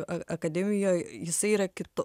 a akademijoj jisai yra kito